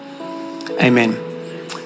amen